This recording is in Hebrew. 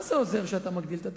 מה זה עוזר שאתה מגדיל את התקציב?